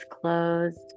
closed